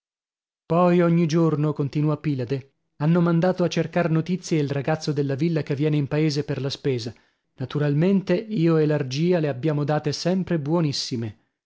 poi ogni giorno continua pilade hanno mandato a cercar notizie il ragazzo della villa che viene in paese per la spesa naturalmente io e l'argia le abbiamo date sempre buonissime